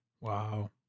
Wow